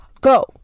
go